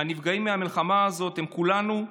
הנפגעים מהמלחמה הזאת הם כולנו,